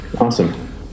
awesome